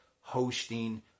hosting